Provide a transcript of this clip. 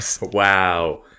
Wow